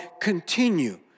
continue